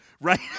Right